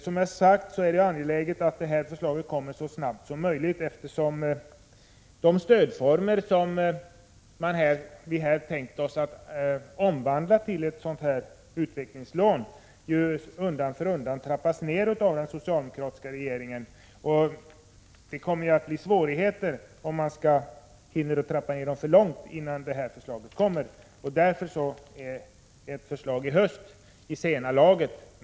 Som jag sagt är det angeläget att förslaget kommer så snabbt som möjligt, eftersom de stödformer som vi har tänkt oss att omvandla till ett utvecklingslån undan för undan trappas ned av den socialdemokratiska regeringen. Det kommer att bli svårigheter om nedtrappningen gått alltför långt innan förslaget kommer, och därför är ett förslag i höst i senaste laget.